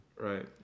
right